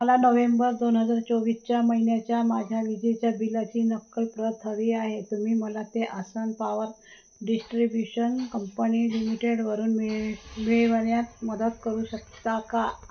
मला नव्हेंबर दोन हजार चोवीसच्या महिन्याच्या माझ्या विजेच्या बिलाची नक्कलप्रत हवी आहे तुम्ही मला ते आसाम पावर डिस्ट्रीब्युशन कंपनी लिमिटेडवरून मिळ मिळवण्यात मदत करू शकता का